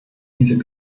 dieser